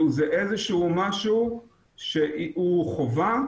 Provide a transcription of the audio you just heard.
זה משהו שהוא חובה.